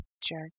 Jerk